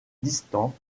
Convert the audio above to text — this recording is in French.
distant